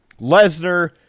Lesnar